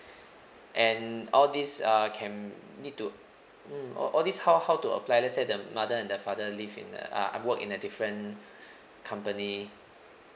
and all these uh can need to mm all all these how how to apply let's say the mother and the father live in uh work in a different company